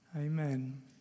Amen